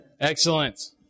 Excellent